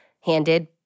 handed